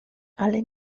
ale